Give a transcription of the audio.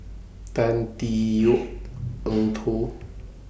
Tan Tee Yoke Eng Tow